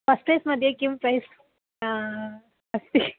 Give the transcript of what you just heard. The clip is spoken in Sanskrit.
फ़स्ट् प्रैस् म्ध्ये किं प्रैज़् आ अस्ति